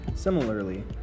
Similarly